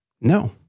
No